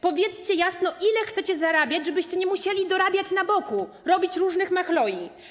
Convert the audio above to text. Powiedzcie jasno, ile chcecie zarabiać, żebyście nie musieli dorabiać na boku, robić różnych machloi.